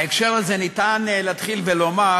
בהקשר הזה ניתן לומר: